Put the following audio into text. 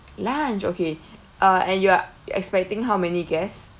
lunch okay uh and you are expecting how many guests